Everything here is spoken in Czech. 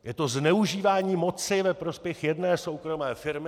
Je to zneužívání moci ve prospěch jedné soukromé firmy.